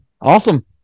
Awesome